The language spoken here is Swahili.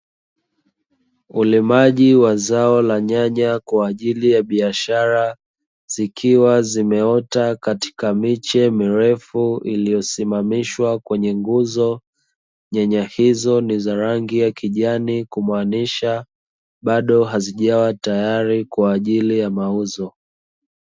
Ulimaji wa zao la nyanya kwaajili ya biashara zikiwa zimeota katika miche mirefu liyosimamishwa kwenye nguzo , nyanya hizo ni za rangi ya kijani kumaanisha bado hazijawa tayari kwaajili ya mauzo.